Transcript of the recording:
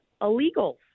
illegals